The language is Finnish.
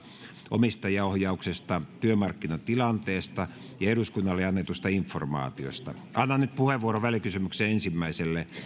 omistajaohjauksesta työmarkkinatilanteesta ja eduskunnalle annetusta informaatiosta annan nyt puheenvuoron välikysymyksen ensimmäiselle